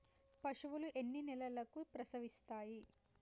పశువులు ఎన్ని నెలలకు ప్రసవిస్తాయి?